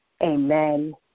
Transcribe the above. amen